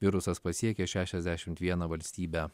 virusas pasiekė šešiasdešimt veiną valstybę